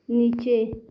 नीचे